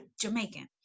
Jamaican